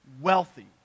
wealthy